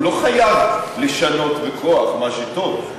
הוא לא חייב לשנות בכוח מה שטוב.